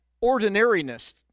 ordinariness